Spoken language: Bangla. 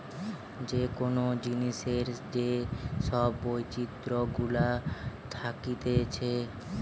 যে কোন জিনিসের যে সব বৈচিত্র গুলা থাকতিছে